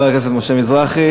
ולחבר הכנסת משה מזרחי.